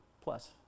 plus